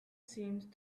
seemed